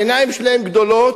העיניים שלהם גדולות,